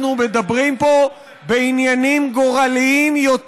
אנחנו מדברים פה בעניינים גורליים יותר